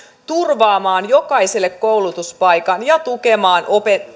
turvaamaan jokaiselle koulutuspaikan ja tukemaan